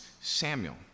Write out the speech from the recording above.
Samuel